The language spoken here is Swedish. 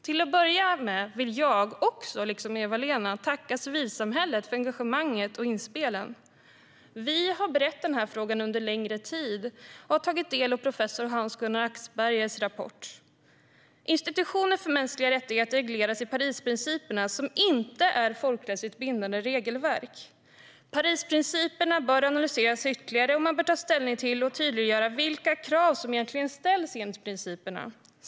Till att börja med vill jag, liksom Eva-Lena Gustavsson, tacka civilsamhället för engagemanget och inspelen. Vi har berett frågan under en längre tid och tagit del av professor Hans-Gunnar Axbergers rapport. Institutioner för mänskliga rättigheter regleras i Parisprinciperna, som inte är ett folkrättsligt bindande regelverk. Parisprinciperna bör analyseras ytterligare, och man bör ta ställning till och tydliggöra vilka krav som egentligen ställs enligt principerna.